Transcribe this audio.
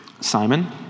Simon